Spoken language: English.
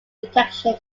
injection